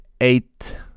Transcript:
eight